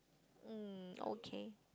mm okay